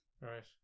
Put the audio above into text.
Right